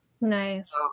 Nice